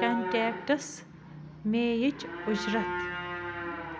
کنٹٮ۪کٹَس مے یِچ اُجرت